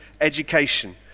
education